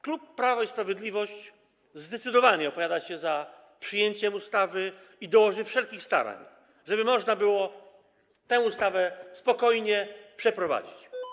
Klub Prawo i Sprawiedliwość zdecydowanie opowiada się za przyjęciem ustawy i dołoży wszelkich starań, żeby tę ustawę można było spokojnie przeprowadzić.